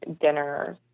dinner